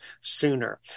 sooner